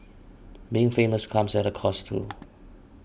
being famous comes at a cost too